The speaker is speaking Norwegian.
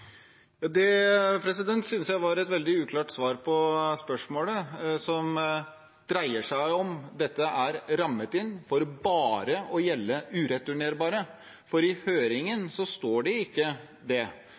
Det synes jeg var et veldig uklart svar på spørsmålet, som dreier seg om dette er rammet inn for bare å gjelde ureturnerbare. For i høringen står det